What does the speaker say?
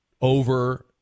over